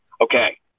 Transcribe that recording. Okay